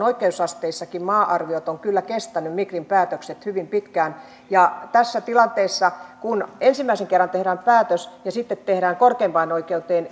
oikeusasteissakin maa arviot migrin päätökset ovat kyllä kestäneet hyvin pitkään tässä tilanteessa kun ensimmäisen kerran tehdään päätös ja sitten mennään korkeimpaan oikeuteen